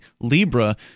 Libra